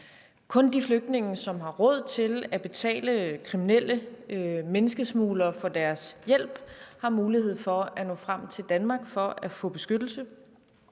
Kun de flygtninge, som har råd til at betale kriminelle og menneskesmuglere for deres hjælp, har mulighed for at nå frem til Danmark for at få beskyttelse.